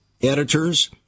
editors